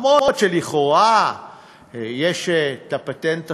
אומנם לכאורה יש פטנט חדש,